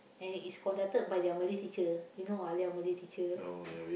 and it is conducted by their Malay teacher you know Alia Malay teacher